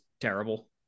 terrible